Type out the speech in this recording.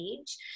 age